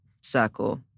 circle